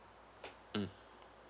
mm